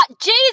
Jesus